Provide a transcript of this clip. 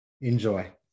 Enjoy